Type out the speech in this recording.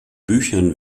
büchern